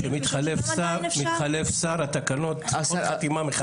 אבל כשמתחלף שר, התקנות צריכות חתימה מחדש.